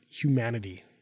humanity